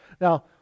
now